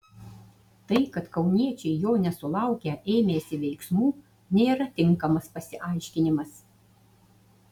tai kad kauniečiai jo nesulaukę ėmėsi veiksmų nėra tinkamas pasiaiškinimas